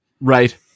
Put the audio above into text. Right